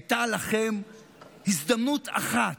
הייתה לכם הזדמנות אחת,